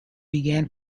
began